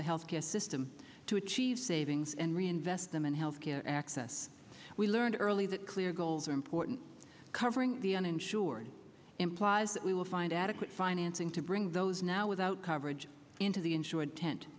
the health care system to achieve savings and reinvest them in health care access we learned early that clear goals are important covering the uninsured implies that we will find adequate financing to bring those now without coverage into the insured tent